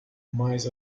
mais